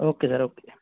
okay sir okay